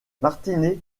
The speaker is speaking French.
martinet